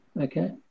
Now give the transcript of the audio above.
okay